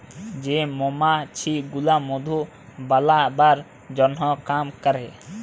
যে মমাছি গুলা মধু বালাবার জনহ কাম ক্যরে